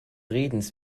redens